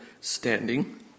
standing